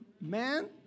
man